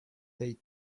they